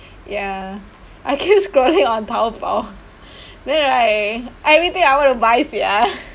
ya I keep scrolling on Taobao then right everything I want to buy sia